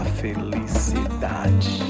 felicidade